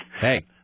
Hey